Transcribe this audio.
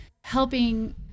helping